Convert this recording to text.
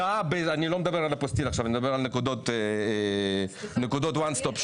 אני לא מדבר על אפוסטיל אלא על נקודות one stop shop.